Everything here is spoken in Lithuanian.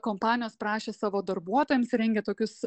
kompanijos prašė savo darbuotojams rengia tokius